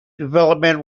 development